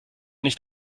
nicht